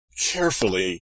carefully